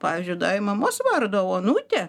pavyzdžiui davė mamos vardą onutė